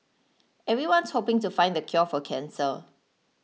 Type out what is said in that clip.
everyone's hoping to find the cure for cancer